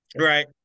Right